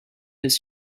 his